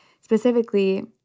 specifically